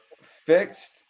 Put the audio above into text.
fixed